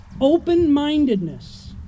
Open-mindedness